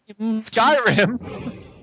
Skyrim